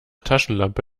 taschenlampe